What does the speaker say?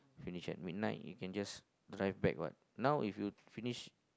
finish at midnight you can just drive back what now if you finish